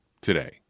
today